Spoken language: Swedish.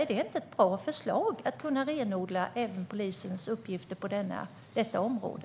Är det inte ett bra förslag att kunna renodla polisens uppgifter även på detta område?